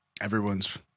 everyone's